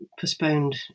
postponed